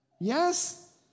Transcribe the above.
Yes